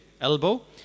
elbow